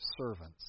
servants